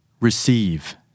receive